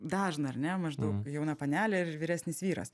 dažną ar ne maždaug jauna panelė ir vyresnis vyras